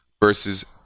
versus